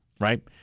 Right